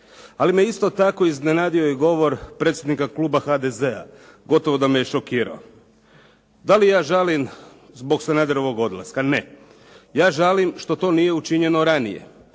Ali me isto tako iznenadio i govor predsjednika kluba HDZ-a, gotovo da me je šokirao. Da li ja žalim zbog Sanaderovog odlaska? Ne. Ja žalim što to nije učinjeno ranije.